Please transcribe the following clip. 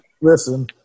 listen